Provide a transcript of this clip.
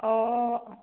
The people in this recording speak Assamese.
অঁ অঁ